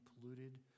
polluted